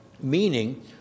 meaning